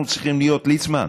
אנחנו צריכים להיות, ליצמן,